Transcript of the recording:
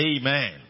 Amen